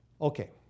Okay